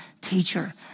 teacher